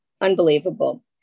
unbelievable